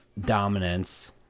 dominance